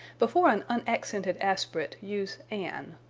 before an unaccented aspirate use an.